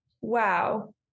wow